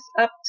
up